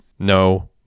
no